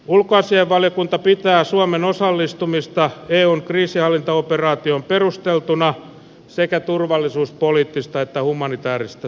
ulkoasiainvaliokunta pitää suomen osallistumista eun kriisinhallintaoperaatioon perusteltuna sekä turvallisuuspoliittisista että humanitäärisistä syistä